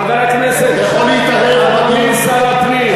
חבר הכנסת, אדוני שר הפנים.